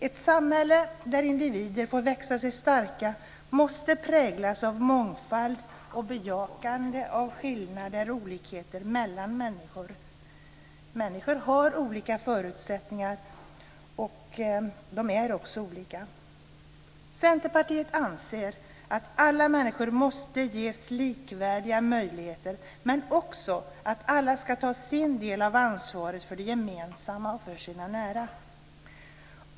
Ett samhälle där individer får växa sig starka måste präglas av mångfald och bejakande av skillnader och olikheter mellan människor. Människor är olika och har olika förutsättningar. Centerpartiet anser att alla människor måste ges likvärdiga möjligheter, men också att alla ska ta sin del av ansvaret för det gemensamma och för sina nära.